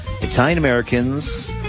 Italian-Americans